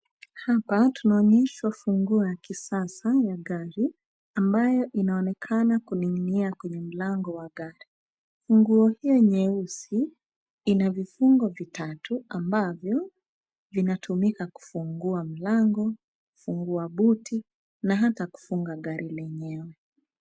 Hapa tunaonyeshwa funguo ya kisasa ya gari ambayo inaonekana kuning'inia kwenye mlango wa gari. Nguo hio nyeusi ina vifungo vitatu ambavyo vinatumika kufungua mlango, kufungua buti na hata kufunga gari lenyewe.